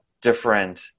different